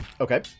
Okay